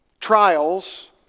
trials